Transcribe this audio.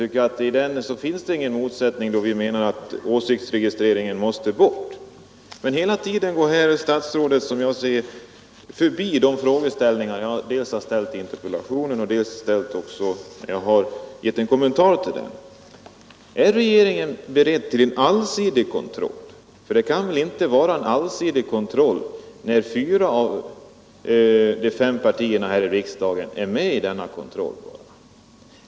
Det föreligger alltså inte någon motsättning mellan oss om att åsiktsregistreringen måste avskaffas. Men statsrådet undviker hela tiden den frågeställning som jag tagit upp i min interpellation och även i min kommentar till hans svar, nämligen om regeringen är beredd till en allsidig kontroll i detta sammanhang. Det kan väl inte vara en allsidig kontroll när bara fyra av de fem partierna här i riksdagen är med i denna kontroll.